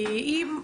כי אם,